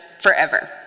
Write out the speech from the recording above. forever